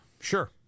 Sure